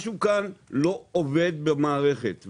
משהו כאן לא עובד במערכת.